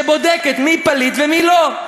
שבודקת מי פליט ומי לא,